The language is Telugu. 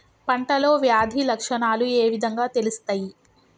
పంటలో వ్యాధి లక్షణాలు ఏ విధంగా తెలుస్తయి?